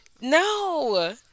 No